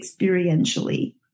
experientially